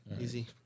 Easy